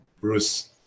Bruce